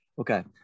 Okay